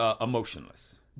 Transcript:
Emotionless